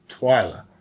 Twyla